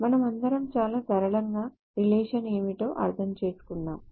మనమందరం చాలా సరళంగా రిలేషన్ ఏమిటో అర్థం చేసుకున్నాము